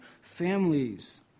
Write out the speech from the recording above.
families